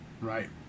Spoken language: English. right